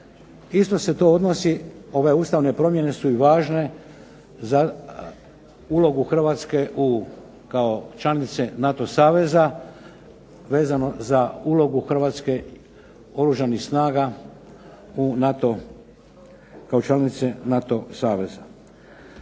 Isto se to odnosi, ove ustavne promjene su i važne za ulogu Hrvatske u, kao članice NATO saveza, vezano za ulogu Hrvatske Oružanih snaga u NATO, kao članice NATO saveza.